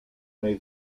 may